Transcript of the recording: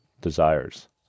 desires